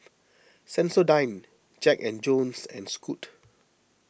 Sensodyne Jack and Jones and Scoot